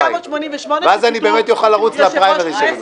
ואז אני אוכל לרוץ לפריימריז שלי.